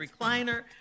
recliner